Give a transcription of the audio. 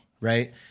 right